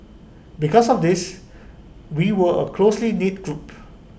because of this we were A closely knit group